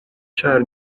ĉar